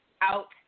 out